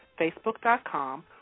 facebook.com